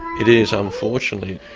it is, unfortunately.